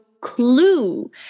clue